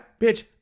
bitch